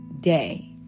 day